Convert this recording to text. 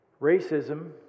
Racism